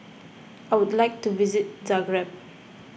I would like to visit Zagreb